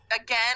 again